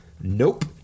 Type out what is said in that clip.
Nope